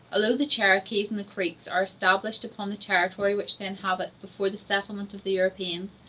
although the cherokees and the creeks are established upon the territory which they inhabited before the settlement of the europeans,